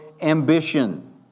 ambition